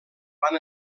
van